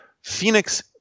Phoenix